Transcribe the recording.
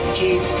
keep